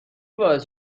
باعث